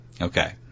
Okay